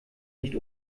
nicht